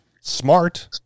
smart